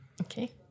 Okay